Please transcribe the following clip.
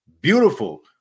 beautiful